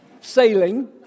sailing